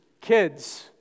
kids